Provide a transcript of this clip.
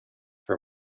for